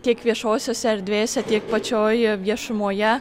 tiek viešosiose erdvėse tiek pačioj viešumoje